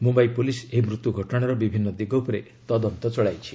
Mumbai police ଏହି ମୃତ୍ୟୁ ଘଟଣାର ବିଭିନ୍ନ ଦିଗ ଉପରେ ତଦନ୍ତ ଚଳାଇଛି